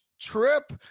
trip